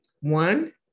One